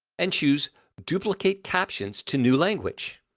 and choose duplicate captions to new language,